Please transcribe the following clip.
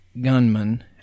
gunman